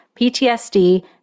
PTSD